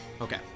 Okay